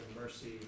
mercy